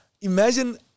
Imagine